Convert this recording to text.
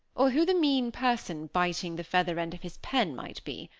or who the mean person, biting the feather end of his pen, might be.